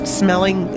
smelling